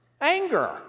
Anger